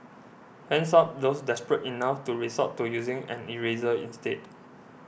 hands up those desperate enough to resort to using an eraser instead